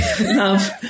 Love